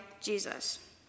Jesus